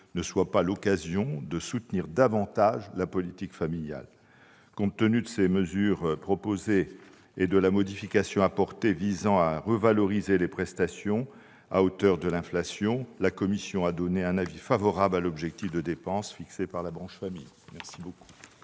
ne soit pas l'occasion de soutenir davantage la politique familiale. Compte tenu des mesures proposées et de la modification apportée visant à revaloriser les prestations familiales à hauteur de l'inflation en 2019, la commission a donné un avis favorable à l'objectif de dépenses fixé pour la branche famille. Comme vous